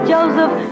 Joseph